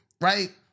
Right